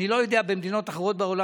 אני לא יודע על מדינות אחרות בעולם,